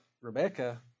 Rebecca